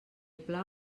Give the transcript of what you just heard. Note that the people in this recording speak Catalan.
pla